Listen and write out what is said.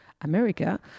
America